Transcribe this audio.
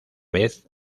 vez